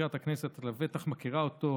מזכירת הכנסת לבטח מכירה אותו,